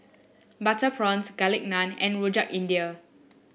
Butter Prawns Garlic Naan and Rojak India